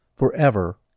Forever